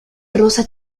rosa